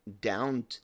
down